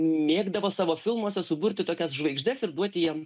mėgdavo savo filmuose suburti tokias žvaigždes ir duoti jiem